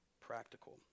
practical